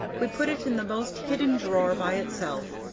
we put it in the most hidden drawer by itself,